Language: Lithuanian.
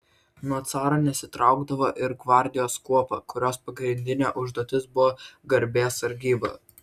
nuo caro nesitraukdavo ir gvardijos kuopa kurios pagrindinė užduotis buvo garbės sargyba